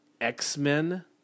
X-Men